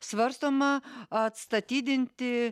svarstoma atstatydinti